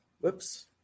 Whoops